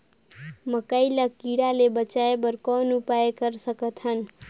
मकई ल कीड़ा ले बचाय बर कौन उपाय कर सकत हन?